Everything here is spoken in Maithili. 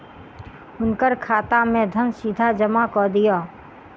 हुनकर खाता में धन सीधा जमा कअ दिअ